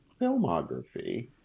filmography